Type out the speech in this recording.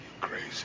crazy